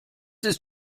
ist